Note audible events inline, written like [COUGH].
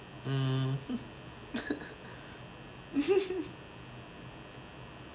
mm [LAUGHS]